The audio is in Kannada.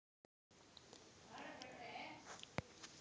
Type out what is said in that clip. ಪಬ್ಲಿಕ್ ಮತ್ತು ಪ್ರೈವೇಟ್ ನಾನ್ ಪ್ರಾಫಿಟೆಬಲ್ ಸಂಸ್ಥೆಗಳು ಇವೆ